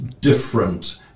different